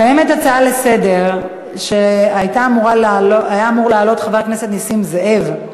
קיימת הצעה לסדר-היום שהיה אמור להעלות חבר הכנסת נסים זאב,